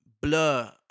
Blur